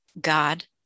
God